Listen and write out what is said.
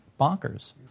bonkers